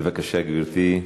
בבקשה, גברתי.